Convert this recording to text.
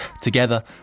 together